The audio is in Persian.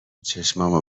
چشامو